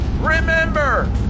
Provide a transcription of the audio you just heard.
Remember